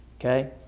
okay